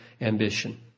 ambition